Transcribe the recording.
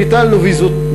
ביטלנו את הוויזות,